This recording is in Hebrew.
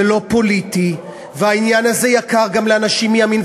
זה לא פוליטי, והעניין הזה יקר גם לאנשים מימין.